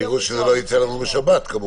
תראו שזה לא יצא לנו בשבת, כמובן.